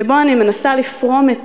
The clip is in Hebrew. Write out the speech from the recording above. שבו אני מנסה לפרום את